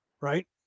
Right